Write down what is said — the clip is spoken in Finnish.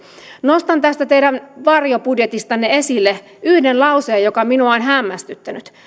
nostan tästä teidän varjobudjetistanne esille yhden lauseen joka minua on hämmästyttänyt